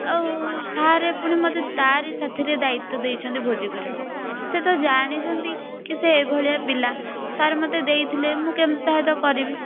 ଆଉ ସାରେ ପୁଣି ମୋତେ ତାରି ସେଥିରେ ଦାୟିତ୍ୱ ଦେଇଛନ୍ତି ଭୋଜି କରିବାକୁ ସେ ତ ଜାଣିଛନ୍ତି କି ସେ ଏଇ ଭଳିଆ ପିଲା ସାର୍ ମୋତେ ଦେଇଥିଲେ ମୁଁ କେମିତି ତା ସହିତ କରିବି